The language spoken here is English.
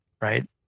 right